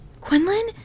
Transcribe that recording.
Quinlan